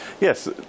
Yes